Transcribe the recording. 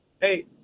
Hey